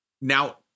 Now